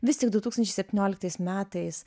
vis tik du tūkstančiai septynioliktais metais